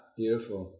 beautiful